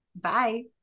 Bye